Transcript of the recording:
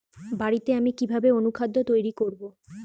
বাড়িতে আমি কিভাবে অনুখাদ্য তৈরি করব?